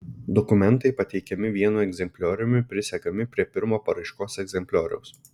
dokumentai pateikiami vienu egzemplioriumi prisegami prie pirmo paraiškos egzemplioriaus